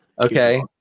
Okay